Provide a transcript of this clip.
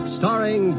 starring